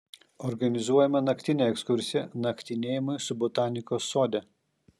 organizuojama naktinė ekskursija naktinėjimai su botanikos sode